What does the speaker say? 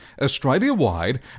Australia-wide